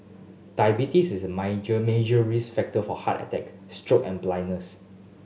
diabetes is a major risk factor for heart attacks stroke and blindness